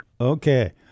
Okay